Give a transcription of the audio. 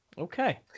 Okay